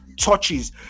touches